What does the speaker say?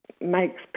makes